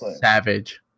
Savage